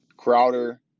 Crowder